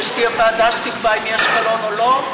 ושתהיה ועדה שתקבע אם יש קלון או לא,